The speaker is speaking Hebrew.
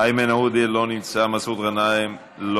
אחמד טיבי, לא נמצא, עאידה תומא סלימאן, לא